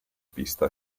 pista